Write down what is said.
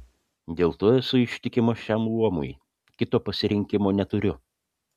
dėl to esu ištikima šiam luomui kito pasirinkimo neturiu